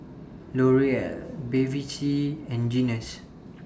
L'Oreal Bevy C and Guinness